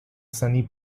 sunny